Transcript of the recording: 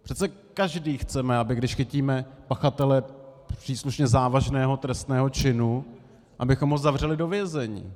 Přece každý chceme, když chytíme pachatele příslušně závažného trestného činu, abychom ho zavřeli do vězení.